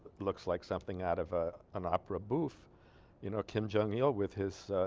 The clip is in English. looks like something out of ah. an opera boof you know kim jong il with his